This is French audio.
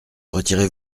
retirez